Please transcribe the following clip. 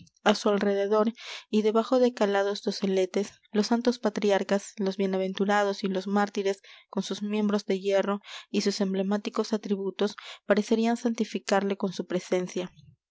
á su alrededor y debajo de calados doseletes los santos patriarcas los bienaventurados y los mártires con sus miembros de hierro y sus emblemáticos atributos parecerían santificarle con su presencia